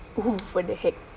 oh what the heck